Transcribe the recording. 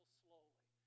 slowly